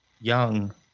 young